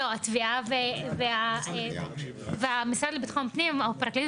התביעה והמשרד לביטחון פנים או הפרקליטות